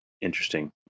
Interesting